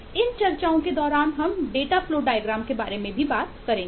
input एक data flow diagram के बारे में भी बात करेंगे